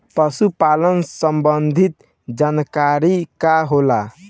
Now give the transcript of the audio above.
पशु पालन संबंधी जानकारी का होला?